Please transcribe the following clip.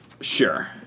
Sure